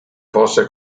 fosse